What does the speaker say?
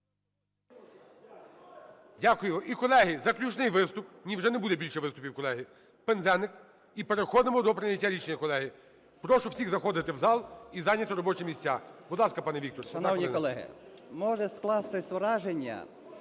Дякую. І, колеги, заключний виступ. Ні, вже не буде більше виступів, колеги. Пинзеник - і переходимо до прийняття рішення, колеги. Прошу всіх заходити в зал і зайняти робочі місця. Будь ласка, пане Віктор.